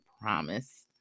promise